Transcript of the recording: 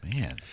Man